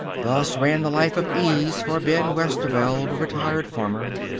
thus ran the life of ease for ben westerveld, retired farmer.